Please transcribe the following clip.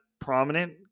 prominent –